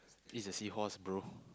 this a seahorse bro